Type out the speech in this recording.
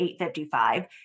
855